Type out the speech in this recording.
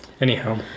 anyhow